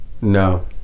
No